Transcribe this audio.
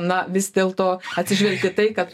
na vis dėlto atsižvelgti į tai kad